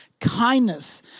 kindness